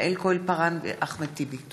יעל כהן-פארן ואחמד טיבי בנושא: